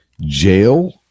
jail